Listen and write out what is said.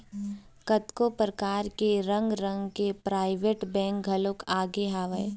कतको परकार के रंग रंग के पराइवेंट बेंक घलोक आगे हवय